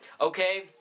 Okay